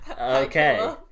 okay